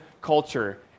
culture